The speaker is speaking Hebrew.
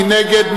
מי נגד?